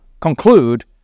conclude